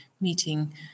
meeting